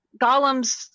golems